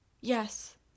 Yes